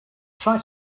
try